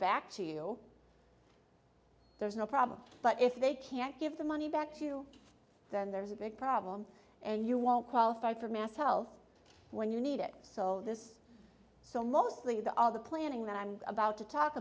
back to you there's no problem but if they can't give the money back to you then there's a big problem and you won't qualify for mass health when you need it so this so mostly the all the planning that i'm about to talk